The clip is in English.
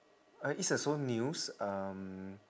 uh it's also news um